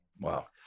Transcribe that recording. Wow